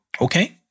okay